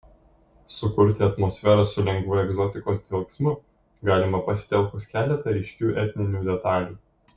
sukurti atmosferą su lengvu egzotikos dvelksmu galima pasitelkus keletą ryškių etninių detalių